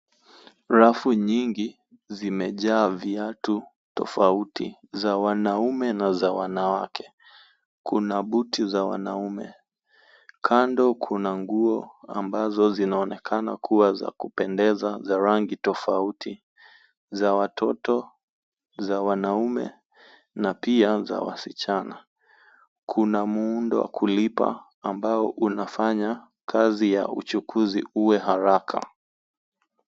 Rafu nyingi zimejaa viatu tofauti za wanaume na za wanawake. Kuna buti za wanaume. Kando kuna nguo ambazo zinaonekana kuwa za kupendeza za rangi tofauti za watoto, za wanaume na pia za wasichana. Kuna muundo wa kulipa ambao unafanya kazi ya uchukuzi uwe haraka.